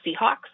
Seahawks